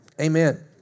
amen